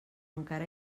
encara